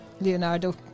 Leonardo